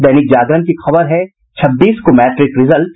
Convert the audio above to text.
दैनिक जागरण की खबर है छब्बीस को मैट्रिक रिजल्ट